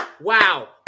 wow